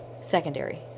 secondary